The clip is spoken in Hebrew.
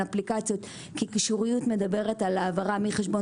אפליקציות כי קישוריות מדברת על העברה מחשבון